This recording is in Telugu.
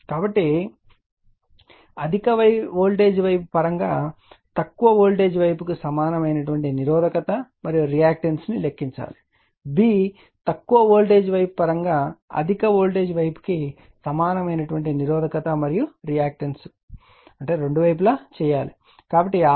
కాబట్టి అధిక వోల్టేజ్ వైపు పరంగా తక్కువ వోల్టేజ్ వైపుకు సమానమైన నిరోధకత మరియు రియాక్టన్స్ ను లెక్కించండి b తక్కువ వోల్టేజ్ వైపు పరంగా అధిక వోల్టేజ్ వైపుకు సమానమైన నిరోధకత మరియు రియాక్టన్స్ రెండు వైపులా పొందాలి